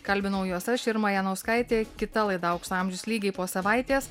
kalbinau juos aš irma janauskaitė kita laida aukso amžius lygiai po savaitės